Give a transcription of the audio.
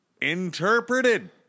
interpreted